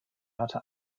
hatte